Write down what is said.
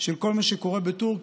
של כל מה שקורה בטורקיה,